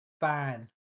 ban